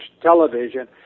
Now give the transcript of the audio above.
television